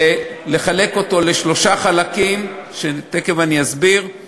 ולחלק אותו לשלושה חלקים, ותכף אסביר;